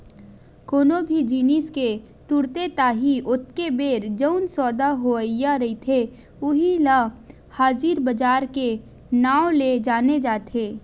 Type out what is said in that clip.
कोनो भी जिनिस के तुरते ताही ओतके बेर जउन सौदा होवइया रहिथे उही ल हाजिर बजार के नांव ले जाने जाथे